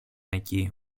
εκεί